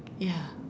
ya